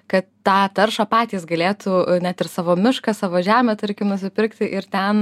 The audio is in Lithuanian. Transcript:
kad tą taršą patys galėtų net ir savo mišką savo žemę tarkim nusipirkti ir ten